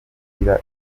ugira